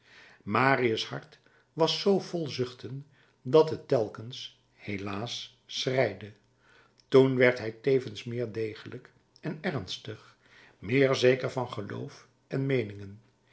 marius hart was zoo vol zuchten dat het telkens helaas schreide toen werd hij tevens meer degelijk en ernstig meer zeker van geloof en meeningen